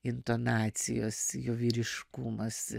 intonacijos jo vyriškumas